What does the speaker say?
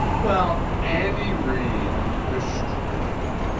well andy reid destroyed him.